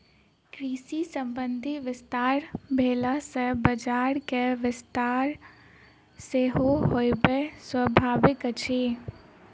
कृषि संबंधी विस्तार भेला सॅ बजारक विस्तार सेहो होयब स्वाभाविक अछि